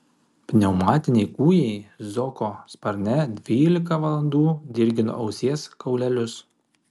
pneumatiniai kūjai zoko sparne dvylika valandų dirgino ausies kaulelius